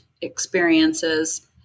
experiences